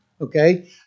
okay